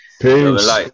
Peace